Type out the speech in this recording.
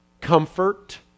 Comfort